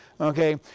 Okay